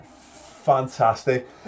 Fantastic